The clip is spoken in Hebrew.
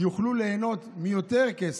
יוכלו ליהנות מיותר כסף.